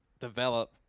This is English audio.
Develop